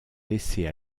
laissées